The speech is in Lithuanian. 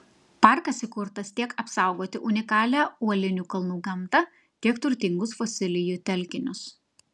parkas įkurtas tiek apsaugoti unikalią uolinių kalnų gamtą tiek turtingus fosilijų telkinius